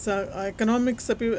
सा एक्नोमिक्सपि